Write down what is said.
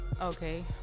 Okay